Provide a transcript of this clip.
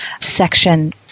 section